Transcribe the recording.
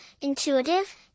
intuitive